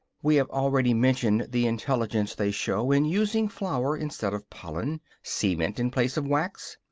we have already mentioned the intelligence they show in using flour instead of pollen, cement in place of wax.